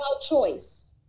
choice